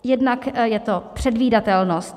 Jednak je to předvídatelnost.